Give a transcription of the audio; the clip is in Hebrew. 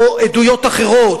או עדויות אחרות,